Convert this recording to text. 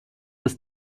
ist